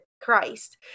Christ